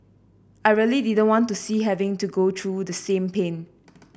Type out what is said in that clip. I really didn't want to see having to go through the same pain